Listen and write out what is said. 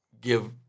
Give